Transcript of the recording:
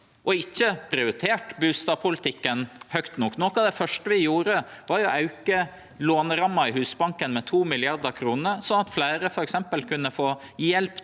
og ikkje prioritert bustadpolitikken høgt nok. Noko av det første vi gjorde, var å auke låneramma i Husbanken med 2 mrd. kr, slik at fleire f.eks. kunne få hjelp til